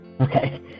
Okay